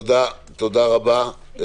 תודה רבה.